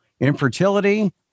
infertility